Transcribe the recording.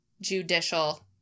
judicial